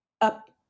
up